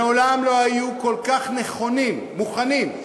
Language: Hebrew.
מעולם לא היו כל כך נכונים, מוכנים,